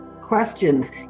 questions